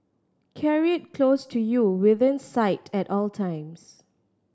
carry it close to you within sight at all times